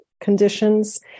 conditions